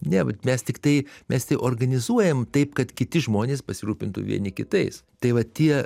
ne vat mes tiktai mes tik organizuojam taip kad kiti žmonės pasirūpintų vieni kitais tai vat tie